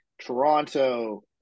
Toronto